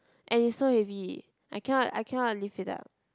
and it so heavy I cannot I cannot lift it up